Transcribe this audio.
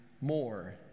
more